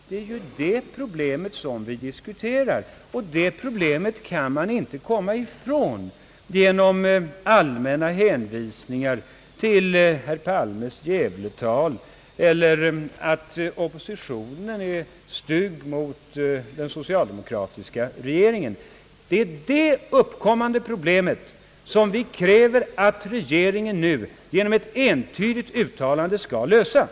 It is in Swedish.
Detta är det problem som vi diskuterar, och det problemet går inte att komma ifrån genom allmänna hänvisningar till herr Palmes Gävletal eller till att oppositionen angriper den socialdemokratiska regeringen. Detta är problemet. Det måste lösas, regeringen bär ansvaret. Regeringen måste genom ett entydigt uttalande lösa frågan.